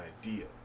idea